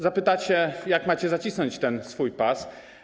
Zapytacie, jak macie zacisnąć ten swój pas.